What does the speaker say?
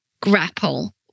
grapple